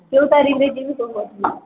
କେଉଁ ତାରିଖରେ ଯିବି